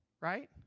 right